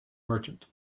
merchant